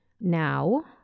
now